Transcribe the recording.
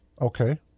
Okay